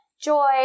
joy